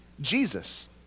Jesus